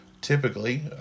typically